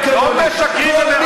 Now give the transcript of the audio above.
לא משקרים ומרמים.